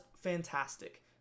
fantastic